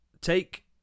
Take